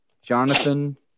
Jonathan